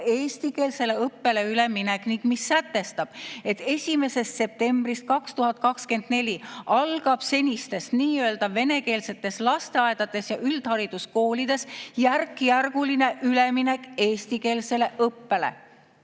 eestikeelsele õppele üleminek ning mis sätestab, et 1. septembrist 2024 algab senistes nii-öelda venekeelsetes lasteaedades ja üldhariduskoolides järkjärguline üleminek eestikeelsele õppele.